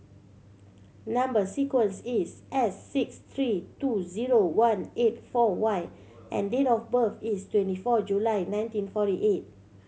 number sequence is S six three two zero one eight four Y and date of birth is twenty four July nineteen forty eight